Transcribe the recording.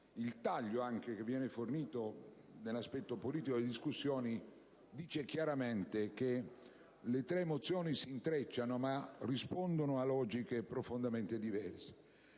il taglio fornito all'aspetto politico delle discussioni dice chiaramente che le tre mozioni si intrecciano ma rispondono a logiche profondamente diverse.